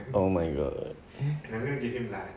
oh my god